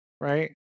right